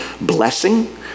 blessing